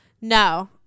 No